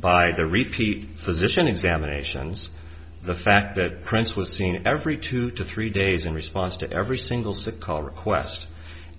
by the repeat physicians examinations the fact that prince was seen every two to three days in response to every single sick call request